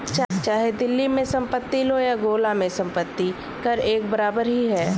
चाहे दिल्ली में संपत्ति लो या गोला में संपत्ति कर एक बराबर ही है